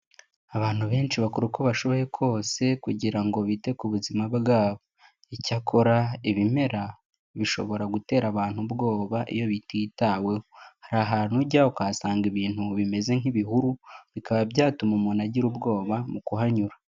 Abantu benshi bakora uko bashoboye kose kugira ngo bite ku buzima bwabo, icyakora ibimera bishobora gutera abantu ubwoba iyo bititaweho, hari ahantu ujya ukahasanga ibintu bimeze nk'ibihuru bikaba byatuma umuntu agira ubwoba mu kuhanyura.